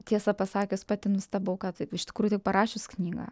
tiesą pasakius pati nustebau kad taip iš tikrųjų taip parašius knygą